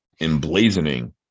emblazoning